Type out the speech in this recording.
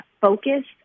focused